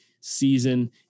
season